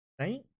right